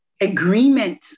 agreement